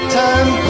time